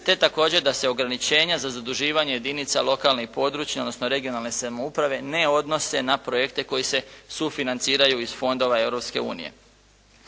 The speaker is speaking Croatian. te također da se ograničenja za zaduživanje jedinica lokalne i područne odnosno regionalne samouprave ne odnose na projekte koji se sufinanciraju iz fondova